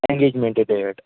engagement date